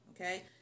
Okay